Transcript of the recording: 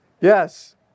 yes